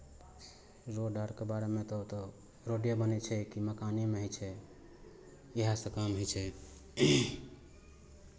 road आरके बारेमे तऽ ओतय रोडे बनै छै कि मकानेमे होइ छै इएहसभ काम होइ छै